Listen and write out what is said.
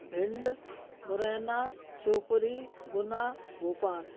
Bhind Morena Shivpuri Guna Bhopal